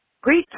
great